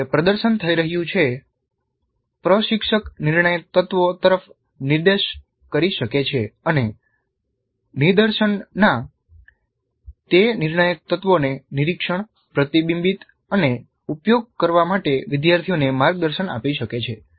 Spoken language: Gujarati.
જ્યારે પ્રદર્શન થઈ રહ્યું છે પ્રશિક્ષક નિર્ણાયક તત્વો તરફ નિર્દેશ કરી શકે છે અને નિદર્શનના તે નિર્ણાયક તત્વોને નિરીક્ષણ પ્રતિબિંબિત અને ઉપયોગ કરવા માટે વિદ્યાર્થીઓને માર્ગદર્શન આપી શકે છે